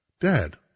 dad